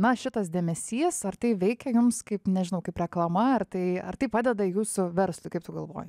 na šitas dėmesys ar tai veikia jums kaip nežinau kaip reklama ar tai ar tai padeda jūsų verslui kaip tu galvoji